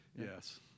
yes